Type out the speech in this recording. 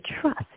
trust